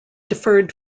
deferred